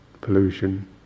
pollution